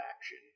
action